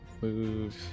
move